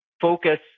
focus